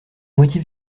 moitié